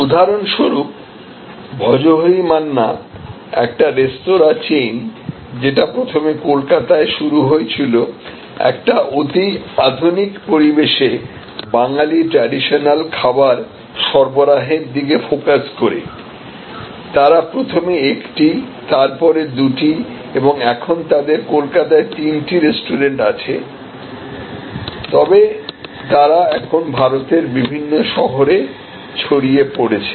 উদাহরণস্বরূপ ভজহরি মান্না একটি রেস্তোরাঁ চেইন যেটা প্রথমে কলকাতায় শুরু হয়েছিল একটি অতি আধুনিক পরিবেশে বাঙালি ট্রাডিশনাল খাবার সরবরাহের দিকে ফোকাস করেতারা প্রথমে একটি তারপরে দুটি এবং এখন তাদের কলকাতায় তিনটি রেস্টুরেন্ট আছে তবে তারা এখন ভারতের বিভিন্ন শহরে ছড়িয়ে পড়েছে